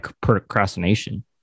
procrastination